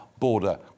border